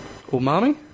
Umami